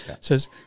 Says